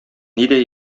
нидә